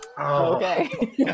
Okay